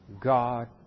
God